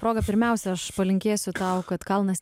proga pirmiausia aš palinkėsiu tau kad kalnas